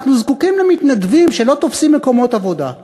אנחנו זקוקים למתנדבים שלא תופסים מקומות עבודה.